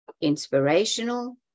inspirational